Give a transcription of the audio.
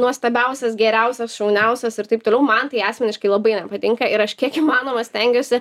nuostabiausias geriausias šauniausias ir taip toliau man tai asmeniškai labai nepatinka ir aš kiek įmanoma stengiuosi